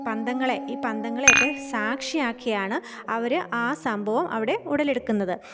പന്തങ്ങളെ ഈ പന്തങ്ങളെ ഒക്കെ സാക്ഷിയാക്കി ആണ് അവർ ആ സംഭവം അവിടെ ഉടലെടുക്കുന്നത്